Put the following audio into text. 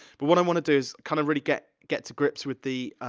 but what i wanna do is kind of really get, get to grips with the